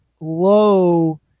low